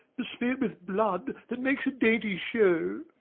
besmear'd with blood that makes a dainty show.